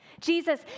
Jesus